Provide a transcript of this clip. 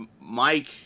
Mike